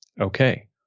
okay